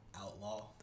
outlaw